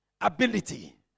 ability